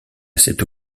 cette